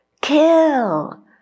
Kill